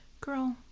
Girl